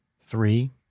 three